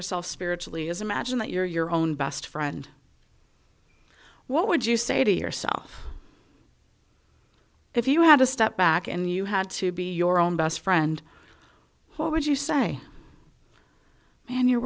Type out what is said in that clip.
yourself spiritually is imagine that you're your own best friend what would you say to yourself if you had to step back and you had to be your own best friend what would you say and you're